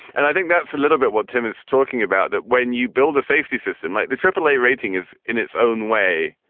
and i think that's a little bit what tim is talking about, that when you build a safety system like the triple-a rating is in its own way,